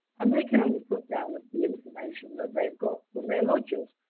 and they can only put down the information that they've got from their lodgers,